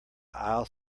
aisle